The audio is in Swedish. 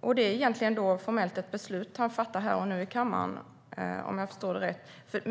Det är då egentligen formellt ett beslut som han fattar här och nu i kammaren, om jag förstår det rätt.